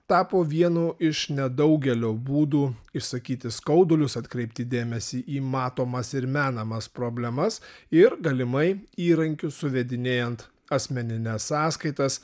tapo vienu iš nedaugelio būdų išsakyti skaudulius atkreipti dėmesį į matomas ir menamas problemas ir galimai įrankius suvedinėjant asmenines sąskaitas